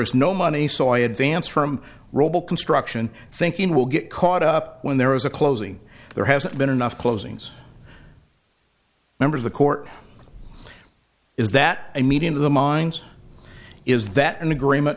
is no money so i advance from roble construction thinking will get caught up when there is a closing there hasn't been enough closings member of the court is that a meeting of the minds is that an agreement